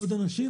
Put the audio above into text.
עוד אנשים